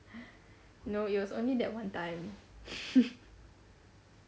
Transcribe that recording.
no it was only that one time